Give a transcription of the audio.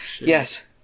Yes